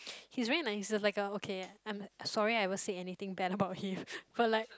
he's very nice uh he's like oh okay I'm sorry I won't say anything bad about him but like